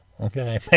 Okay